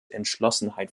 entschlossenheit